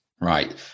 Right